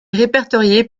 répertoriée